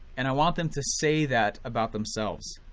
and i want them to say that about themselves.